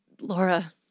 Laura